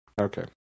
Okay